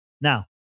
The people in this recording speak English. Now